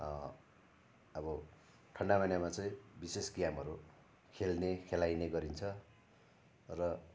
अब ठन्डा महिनामा चाहिँ विशेष गेमहरू खेल्ने खेलाइने गरिन्छ र